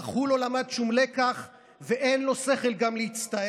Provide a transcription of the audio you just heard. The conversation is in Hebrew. / אך הוא לא למד שום לקח / ואין לו שכל גם להצטער.